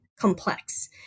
complex